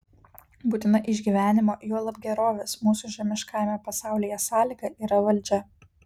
būtina išgyvenimo juolab gerovės mūsų žemiškajame pasaulyje sąlyga yra valdžia